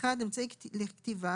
(1)אמצעי לכתיבה,